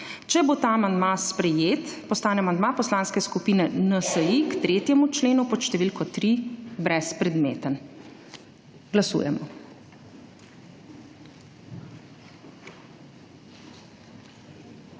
Če bo ta amandma sprejet postane amandma Poslanske skupine NSi k 3. členu pod številko 3 brezpredmeten. Glasujemo.